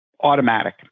automatic